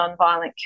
Nonviolent